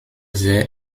sehr